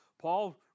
Paul